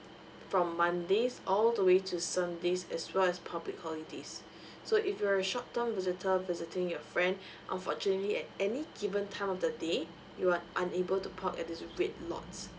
from mondays all the way to saturdays as well as public holidays so if you're a short term visitor visiting your friend unfortunately at any given time of the day you are unable to park at this red lots